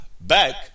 back